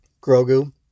Grogu